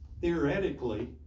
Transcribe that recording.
Theoretically